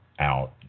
out